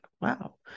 wow